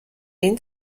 این